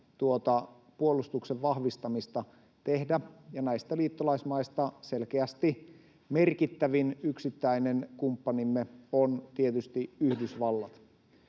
puolustuksen vahvistamista tehdä, ja näistä liittolaismaista selkeästi merkittävin yksittäinen kumppanimme on tietysti Yhdysvallat.